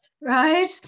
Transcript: right